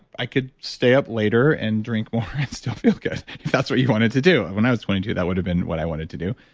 i could stay up later and drink water and still feel good. if that's what you wanted to do when i was twenty two, that would've been what i wanted to do.